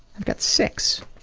i've got six